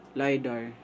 lidar